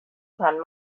kann